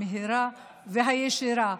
המהירה והישירה.